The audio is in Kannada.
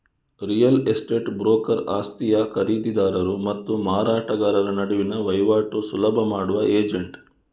ರಿಯಲ್ ಎಸ್ಟೇಟ್ ಬ್ರೋಕರ್ ಆಸ್ತಿಯ ಖರೀದಿದಾರರು ಮತ್ತು ಮಾರಾಟಗಾರರ ನಡುವಿನ ವೈವಾಟು ಸುಲಭ ಮಾಡುವ ಏಜೆಂಟ್